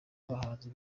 abahanzi